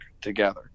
together